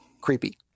creepy